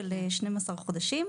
של 12 חודשים,